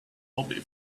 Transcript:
bobby